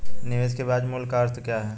निवेश के ब्याज मूल्य का अर्थ क्या है?